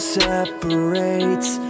separates